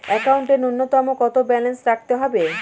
একাউন্টে নূন্যতম কত ব্যালেন্স রাখতে হবে?